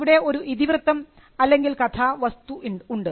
ഇവിടെ ഒരു ഇതിവൃത്തം അല്ലെങ്കിൽ കഥാവസ്തു ഉണ്ട്